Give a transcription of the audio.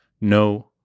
no